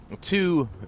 Two